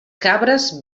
cabres